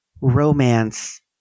romance